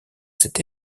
cet